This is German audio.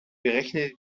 berechne